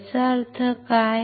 याचा अर्थ काय